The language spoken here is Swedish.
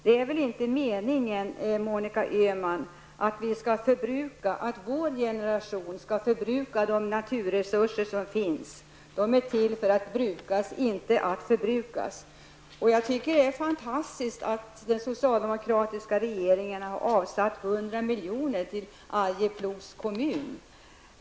Det är väl inte meningen, Monica Öhman, att vår generation skall förbruka de naturresurser som finns. De är till för att brukas och inte för att förbrukas. Jag tycker att det är fantastiskt att den socialdemokratiska regeringen har avsatt 100 milj.kr. till Arjeplogs kommun.